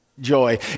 joy